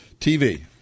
TV